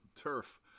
turf